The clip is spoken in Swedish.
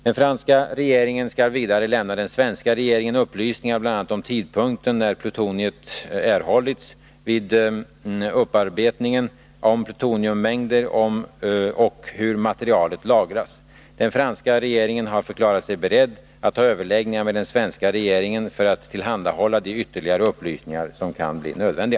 Den franska regeringen skall vidare lämna den svenska regeringen upplysningar, bl.a. om tidpunkten när plutoniet erhållits vid upparbetningen, om plutoniummängder och hur materialet lagras. Den franska regeringen har förklarat sig beredd att ha överläggningar med den svenska regeringen för att tillhandahålla de ytterligare upplysningar som kan bli nödvändiga.